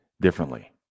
differently